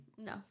No